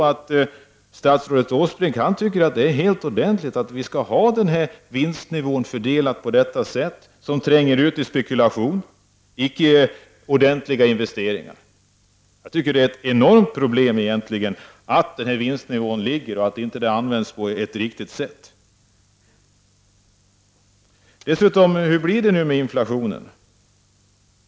Men statsrådet Åsbrink tycker tydligen att det är helt i sin ordning att vi skall ha den här vinstnivån fördelad på detta sätt som medför spekulation, icke ordentliga investeringar. Jag tycker att det är ett enormt problem att denna vinstnivå föreligger och att den inte används på ett riktigt sätt. Hur blir det för övrigt nu med inflationen?